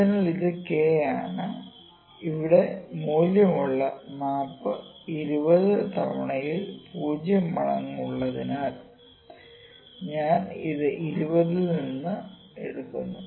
അതിനാൽ ഇത് k ആണ് ഇവിടെ മൂല്യമുള്ള മാപ്പ് 20 തവണയിൽ 0 മടങ്ങ് ഉള്ളതിനാൽ ഞാൻ ഇത് 20 ൽ നിന്ന് എടുക്കുന്നു